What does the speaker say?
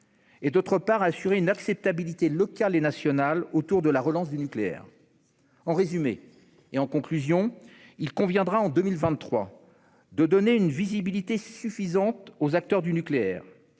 et, d'autre part, à assurer une acceptabilité locale et nationale autour de la relance du nucléaire. En résumé, il conviendra en 2023 de donner une visibilité suffisante aux acteurs du nucléaire